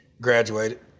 graduated